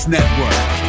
Network